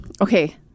Okay